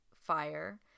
fire